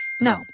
No